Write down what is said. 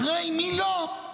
אחרי מי לא,